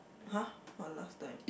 [huh] what last time